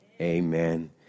Amen